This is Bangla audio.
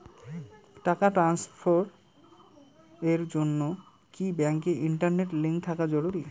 টাকা ট্রানস্ফারস এর জন্য কি ব্যাংকে ইন্টারনেট লিংঙ্ক থাকা জরুরি?